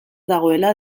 dagoela